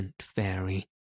fairy